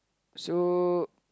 so